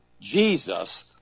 Jesus